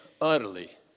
utterly